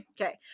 Okay